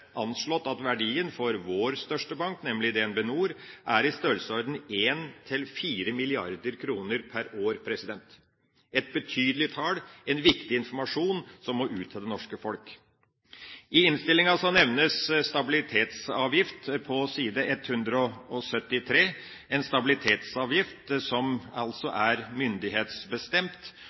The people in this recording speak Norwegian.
anslått at verdien for vår største bank, nemlig DnB NOR, er i størrelsesorden 1–4 milliarder kr per år, et betydelig tall, en viktig informasjon som må ut til det norske folk. På side 173 i innstillinga nevnes stabilitetsavgift, en stabilitetsavgift som altså er myndighetsbestemt,